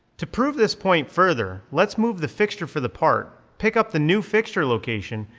to prove this point further, let's move the fixture for the part, pick up the new fixture location,